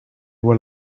were